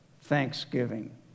thanksgiving